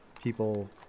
people